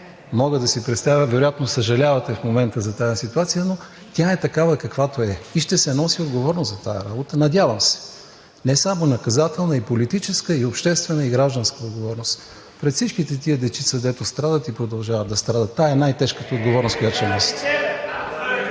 Мога да си представя и вероятно съжалявате за тази ситуация, но тя е такава, каквато е. И ще се носи отговорност за тази работа. Надявам се! Не само наказателна, а и политическа, и обществена, и гражданска отговорност – пред всички тези дечица, дето страдат и продължават да страдат. Това е най-тежката отговорност, която ще носите.